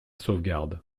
sauvegarde